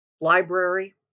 library